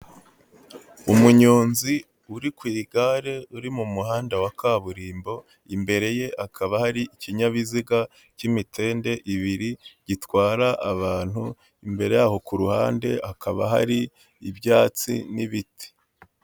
Umunyonzi uri ku igare, uri mu muhanda wa kaburimbo, imbere ye akaba hari ikinyabiziga cy'imitende ibiri gitwara abantu, imbere yaho ku ruhande hakaba hari ibyatsi n'ibiti.